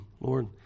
Lord